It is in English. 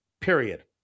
period